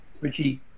Richie